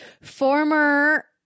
former